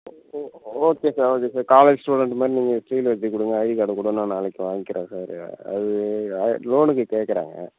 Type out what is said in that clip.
ம் ஓ okay sir okay sir college student மாதிரி நீங்கள் சீல் வெச்சு கொடுங்க நான் ஐடி கார்டை கூட நான் நாளைக்கு வாங்கிக்கிறேன் சார் அது அ லோனுக்கு கேக்கிறாங்க